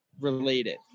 related